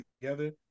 together